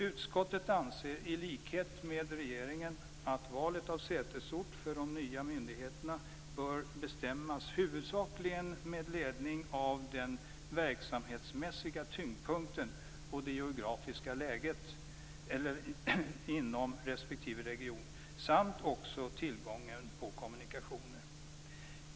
Utskottet anser, i likhet med regeringen, att valet av sätesort för de nya myndigheterna bör bestämmas huvudsakligen med ledning av den verksamhetsmässiga tyngdpunkten på det geografiska läget inom respektive region samt också tillgången på kommunikationer.